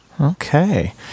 Okay